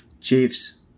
Chiefs